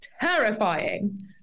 terrifying